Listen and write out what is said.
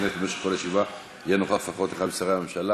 ובמשך כל הישיבה יהיה נוכח לפחות אחד משרי הממשלה".